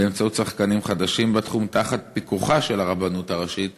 באמצעות שחקנים חדשים בתחום תחת פיקוחה של הרבנות הראשית,